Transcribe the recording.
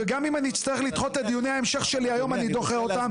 וגם אם אני אצטרך לדחות את דיוני ההמשך שלי היום אני דוחה אותם.